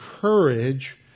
courage